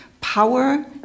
power